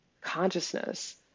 consciousness